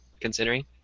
considering